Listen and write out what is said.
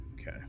Okay